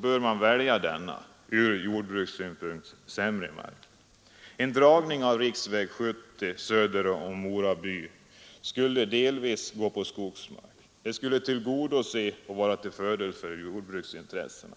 bör man välja denna från jordbrukssynpunkt sämre mark. En dragning av riksväg 70 söder om Mora by skulle delvis gå över skogsmark och därmed tillgodose och vara till fördel för jordbruksintressena.